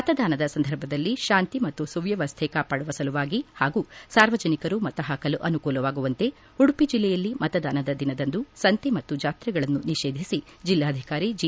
ಮತದಾನದ ಸಂದರ್ಭದಲ್ಲಿ ಶಾಂತಿ ಮತ್ತು ಸುವ್ಯವಸ್ಥೆ ಕಾಪಾಡುವ ಸಲುವಾಗಿ ಹಾಗೂ ಸಾರ್ವಜನಿಕರು ಮತ ಹಾಕಲು ಅನುಕೂಲವಾಗುವಂತೆ ಉಡುಪಿ ಜಿಲ್ಲೆಯಲ್ಲಿ ಮತದಾನದ ದಿನದಂದು ಸಂತೆ ಮತ್ತು ಜಾತ್ರೆಗಳನ್ನು ನಿಷೇಧಿಸಿ ಜಿಲ್ಲಾಧಿಕಾರಿ ಜಿ